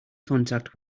contact